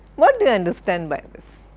what do you understand by this?